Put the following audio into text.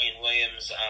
Williams